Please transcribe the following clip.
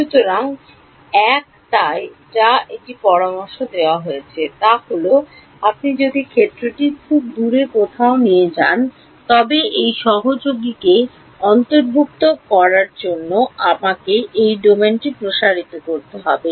সুতরাং এক তাই যা একটি পরামর্শ দেওয়া হয়েছে তা হল আপনি যদি ক্ষেত্রটি খুব দূরে কোথাও চান তবে এই সহযোগীকে অন্তর্ভুক্ত করার জন্য আমাকে এই ডোমেনটি প্রসারিত করতে হবে